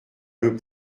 veut